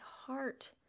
heart